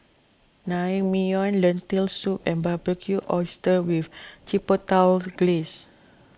Naengmyeon Lentil Soup and Barbecued Oysters with Chipotle Glaze